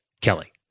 Kelly